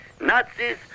Nazis